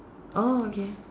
oh okay